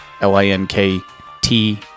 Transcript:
L-I-N-K-T